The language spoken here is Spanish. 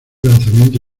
lanzamiento